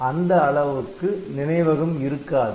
ஆனால் அந்த அளவுக்கு நினைவகம் இருக்காது